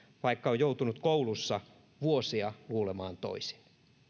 vaikka on joutunut koulussa vuosia luulemaan toisin